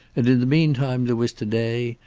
and in the meantime there was to-day,